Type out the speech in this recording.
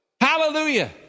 Hallelujah